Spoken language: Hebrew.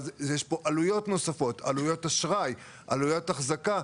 לצד עלויות נוספות של אשראי והחזקה,